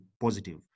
positive